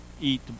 eat